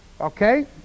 Okay